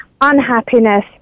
unhappiness